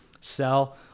sell